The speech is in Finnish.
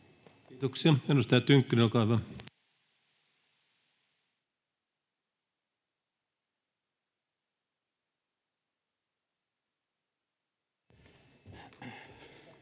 Kiitoksia. — Edustaja Tynkkynen, olkaa hyvä.